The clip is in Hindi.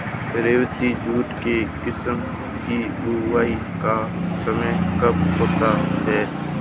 रेबती जूट के किस्म की बुवाई का समय कब होता है?